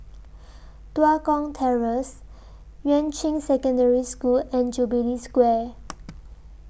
Tua Kong Terrace Yuan Ching Secondary School and Jubilee Square